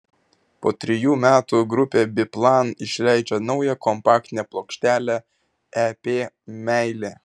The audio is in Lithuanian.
po trejų metų grupė biplan išleidžia naują kompaktinę plokštelę ep meilė